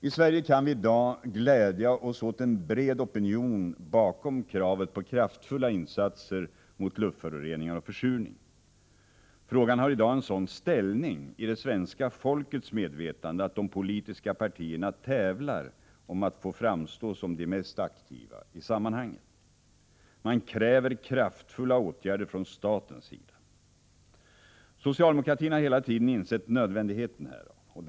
I Sverige kan vi i dag glädja oss åt en bred opinion bakom kravet på kraftfulla insatser mot luftföroreningar och försurning. Frågan har i dag en sådan ställning i det svenska folkets medvetande att de politiska partierna tävlar om att få framstå som de mest aktiva i sammanhanget. Man kräver kraftfulla åtgärder från statens sida. Socialdemokratin har hela tiden insett nödvändigheten härav.